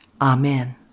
Amen